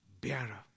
bearer